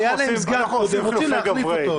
היה להם סגן ורוצים להחליף אותו.